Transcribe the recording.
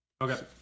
Okay